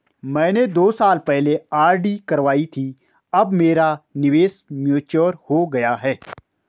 मैंने दो साल पहले आर.डी करवाई थी अब मेरा निवेश मैच्योर हो गया है